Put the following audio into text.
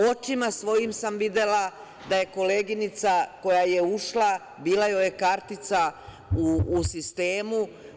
Očima svojim sam videla da je koleginica koja je ušla, bila joj je kartica u sistemu.